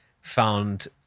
found